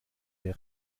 der